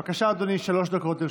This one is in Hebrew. בבקשה, אדוני, שלוש דקות לרשותך.